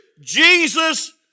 Jesus